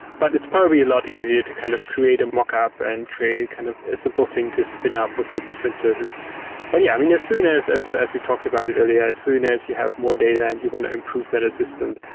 but it's probably a lot easier to kind of create a markup and create kind of a simple thing to spin up with a different service but yeah. i mean, as soon as as we talked about it earlier, as soon as you have more data and you want to improve that assistant,